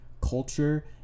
culture